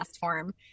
form